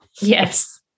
yes